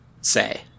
say